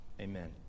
Amen